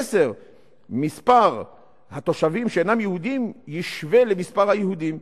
2010 מספר התושבים שאינם יהודים ישווה למספר היהודים.